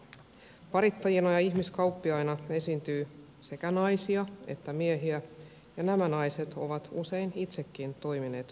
parittajina ja ihmiskauppiaina esiintyy sekä naisia että miehiä ja nämä naiset ovat usein itsekin toimineet prostituutiossa